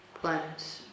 planets